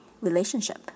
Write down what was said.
relationship